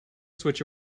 switch